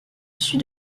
issue